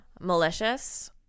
malicious